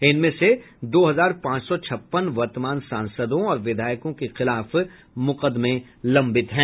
इनमें से दो हजार पांच सौ छप्पन वर्तमान सांसदों और विधायकों के खिलाफ मुकदमे लंबित हैं